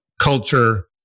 culture